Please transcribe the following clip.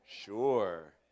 Sure